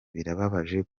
birababaje